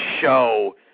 show